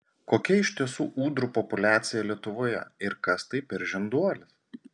kokia iš tiesų ūdrų populiacija lietuvoje ir kas tai per žinduolis